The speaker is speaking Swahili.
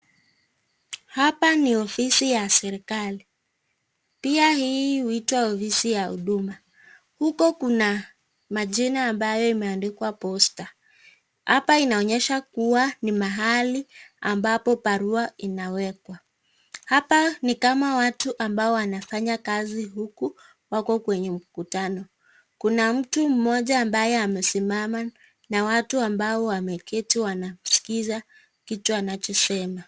Hapa ni ofisi ya serekali pia hii huitwa ofisi ya serekali huko kuna majina ambayo imeandikwa posta. Hapa inaonyesha kuwa ni mahali ambapo barua inawekwa. Hapa ni kama watu ambao wanafanya kazi huku wako kwenye mkutano, Kuna mtu mmoja ambaye amesimama na watu ambao wameketi wanamskiza kitu anachosema.